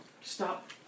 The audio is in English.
Stop